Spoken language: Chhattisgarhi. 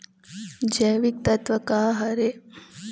जैविकतत्व का हर ए?